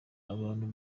abantu